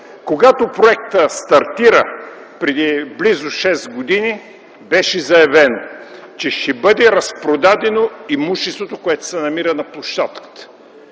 Когато проектът стартира преди близо шест години, беше заявено, че ще бъде разпродадено имуществото, което се намира на площадката.